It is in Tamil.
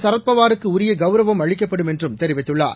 சரத்பவாருக்கு உரிய கவுரவம் அளிக்கப்படும் என்றும் தெரிவித்துள்ளார்